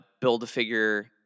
build-a-figure